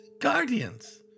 guardians